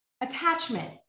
attachment